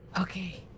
Okay